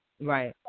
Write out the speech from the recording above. Right